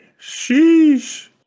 Sheesh